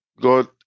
God